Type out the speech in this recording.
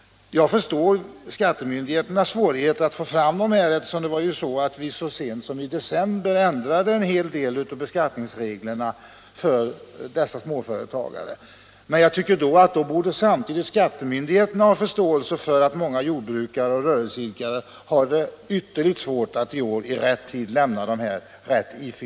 Jag har förståelse för skattemyndigheternas svårigheter att få fram dessa blanketter, eftersom en del beskattningsregler för småföretagarna ändrades så sent som i december förra året. Men jag tycker att skattemyndigheterna också borde ha förståelse för att många jordbrukare och rörelseidkare har ytterst svårt att i år lämna arbetsgivaruppgifterna i rätt tid.